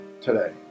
today